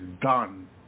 done